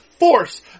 force